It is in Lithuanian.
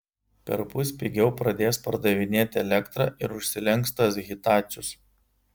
perpus pigiau pradės pardavinėti elektrą ir užsilenks tas hitacius